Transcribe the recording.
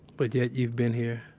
but yet you've been here?